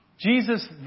Jesus